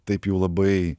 taip jau labai